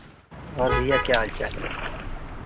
और भैया क्या हाल चाल हैं